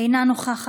אינה נוכחת,